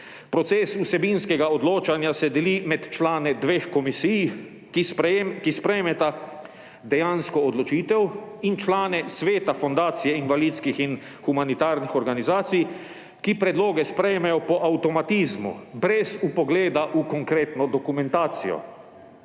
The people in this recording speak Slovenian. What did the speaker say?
Proces vsebinskega odločanja se deli med člane dveh komisij, ki sprejmeta dejansko odločitev, in člane Sveta Fundacije invalidskih in humanitarnih organizacij, ki predloge sprejmejo po avtomatizmu, brez vpogleda v konkretno dokumentacijo.